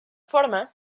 forma